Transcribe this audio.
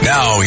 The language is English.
Now